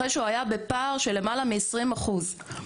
אחרי שהוא היה בפער של למעלה מעשרים אחוז.